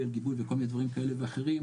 על גיבוי וכל מיני דברים כאלה ואחרים,